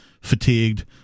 fatigued